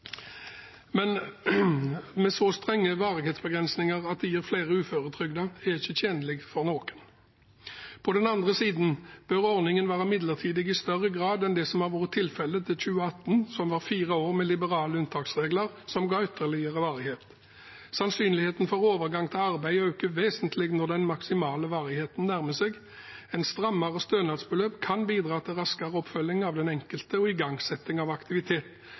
men så strenge varighetsbegrensninger at det gir flere uføretrygdede, er ikke tjenlig for noen. På den andre siden bør ordningen være midlertidig i større grad enn det som har vært tilfellet til 2018, som var fire år med liberale unntaksregler som ga ytterligere varighet. Sannsynligheten for overgang til arbeid øker vesentlig når den maksimale varigheten nærmer seg. Et strammere stønadsløp kan bidra til raskere oppfølging av den enkelte og igangsetting av aktivitet,